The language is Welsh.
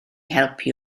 helpu